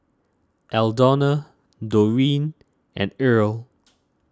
Aldona Doreen and Irl